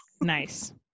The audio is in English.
Nice